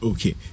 Okay